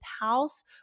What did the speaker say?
house